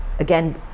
again